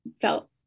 felt